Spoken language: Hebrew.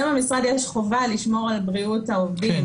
במשרד יש חובה לשמור על בריאות העובדים.